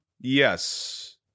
yes